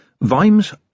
Vimes